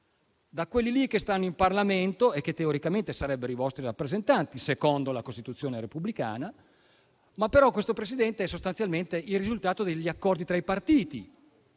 da quelli che stanno in Parlamento e che, teoricamente, sarebbero i vostri rappresentanti, secondo la Costituzione repubblicana. Però questo Presidente è sostanzialmente il risultato degli accordi tra i partiti,